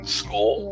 school